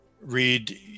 read